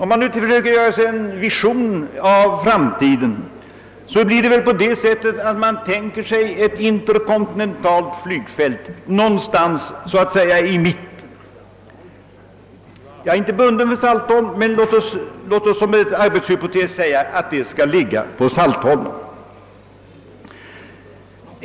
En framtidsvision skulle väl innebära att man tänker sig ett interkontinentalt flygfält någonstans i mitten så att säga. Jag är inte bunden vid Saltholm men låt mig som arbetshypotes utgå från att flygfältet skulle ligga där.